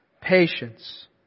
patience